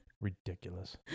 ridiculous